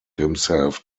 himself